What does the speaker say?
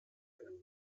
einen